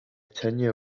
tanya